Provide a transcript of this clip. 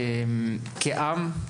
החזון כעם,